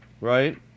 Right